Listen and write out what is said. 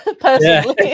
personally